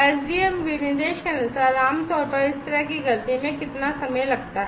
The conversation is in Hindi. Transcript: SDM विनिर्देश के अनुसार आमतौर पर इस तरह की गलती में कितना समय लगता है